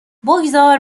بگذار